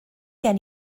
gen